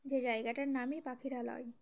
যে জায়গাটার নামই পাখিরালয়